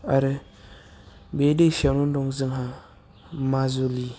आरो बे दैमायावनो दं जोंहा माजुलि